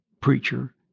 preacher